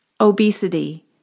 Obesity